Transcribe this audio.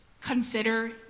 Consider